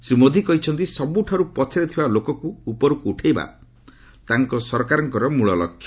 ଶ୍ରୀ ମୋଦି କହିଛନ୍ତି ସବୁଠାରୁ ପଛରେ ଥିବା ଲୋକକୁ ଉପରକୁ ଉଠାଇବା ତାଙ୍କ ସରକାରଙ୍କ ମୂଳ ଲକ୍ଷ୍ୟ